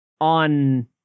on